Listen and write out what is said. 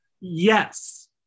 Yes